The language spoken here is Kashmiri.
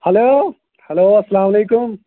ہیلو ہیلو السلام علیکم